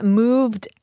moved